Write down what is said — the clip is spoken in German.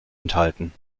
enthalten